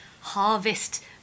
harvest